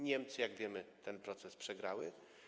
Niemcy, jak wiemy, ten proces przegrały.